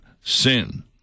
sin